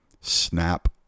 Snap